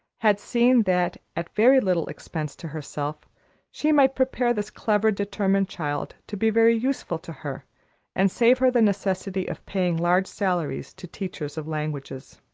had seen that at very little expense to herself she might prepare this clever, determined child to be very useful to her and save her the necessity of paying large salaries to teachers of languages.